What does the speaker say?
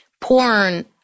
porn